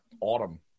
autumn